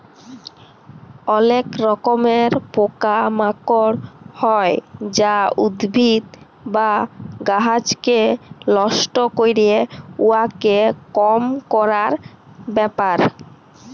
অলেক রকমের পকা মাকড় হ্যয় যা উদ্ভিদ বা গাহাচকে লষ্ট ক্যরে, উয়াকে কম ক্যরার ব্যাপার